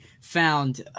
found